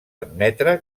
admetre